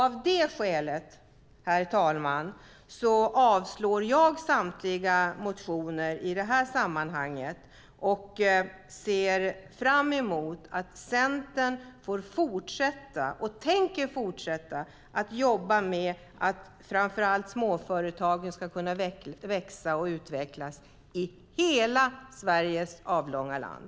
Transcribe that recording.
Av det skälet, herr talman, yrkar jag avslag på samtliga motioner i detta sammanhang och ser fram emot att Centern får fortsätta - vi tänker fortsätta - att jobba för att framför allt småföretagen ska kunna växa och utvecklas i hela Sveriges avlånga land.